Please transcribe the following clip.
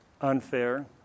unfair